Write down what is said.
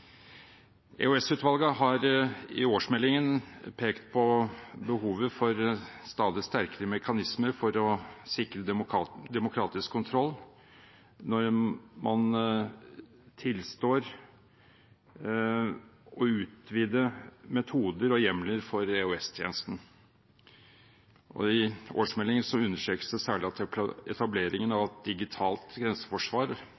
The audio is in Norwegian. har i årsmeldingen pekt på behovet for stadig sterkere mekanismer for å sikre demokratisk kontroll, når man tilstår å utvide metoder og hjemler for EOS-tjenesten. I årsmeldingen understrekes det særlig at etableringen